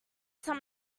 some